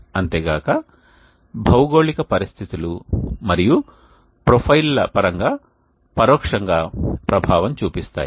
అంతే గాక భౌగోళిక పరిస్థితులు మరియు ప్రొఫైల్ల పరంగా పరోక్షంగా ప్రభావం చూపిస్తాయి